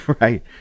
Right